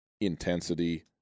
intensity